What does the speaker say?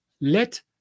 let